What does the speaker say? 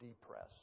depressed